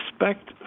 respect